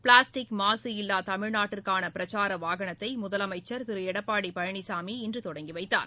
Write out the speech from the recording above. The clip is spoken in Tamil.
பிளாஸ்டிக் மாசு இல்லா தமிழ்நாட்டிற்கான பிரச்சார வாகனத்தை முதலமைச்சர் திரு எடப்பாடி பழனிசாமி இன்று தொடங்கி வைத்தார்